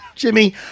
Jimmy